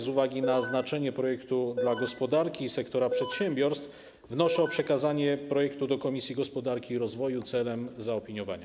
Z uwagi na znaczenie projektu dla gospodarki i sektora przedsiębiorstw wnoszę o przekazanie projektu do Komisji Gospodarki i Rozwoju celem zaopiniowania.